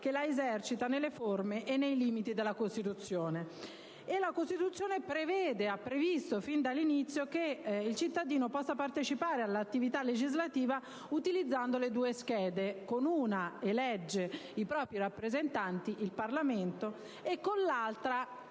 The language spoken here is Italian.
che la esercita nelle forme e nei limiti della Costituzione». La Costituzione ha previsto fin dall'inizio che il cittadino possa partecipare all'attività legislativa utilizzando due schede: con una scheda elegge i propri rappresentanti nel Parlamento e con l'altra,